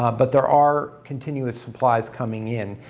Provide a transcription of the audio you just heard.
but there are continuous supplies coming in.